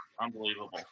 Unbelievable